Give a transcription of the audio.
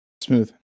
Smooth